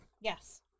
Yes